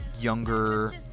younger